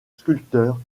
sculpteur